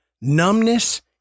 numbness